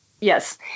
yes